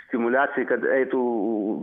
stimuliacijai kad eitų